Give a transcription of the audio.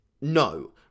No